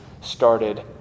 started